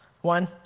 One